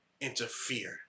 interfere